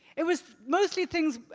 it was mostly things,